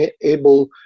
able